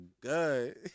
good